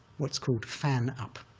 what's called fan up.